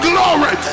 Glory